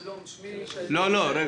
שלום, שמי שי